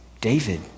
David